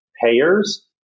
payers